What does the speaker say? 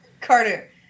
carter